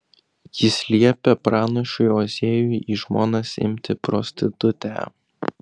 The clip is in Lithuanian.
jis liepia pranašui ozėjui į žmonas imti prostitutę